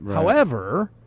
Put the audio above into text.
however,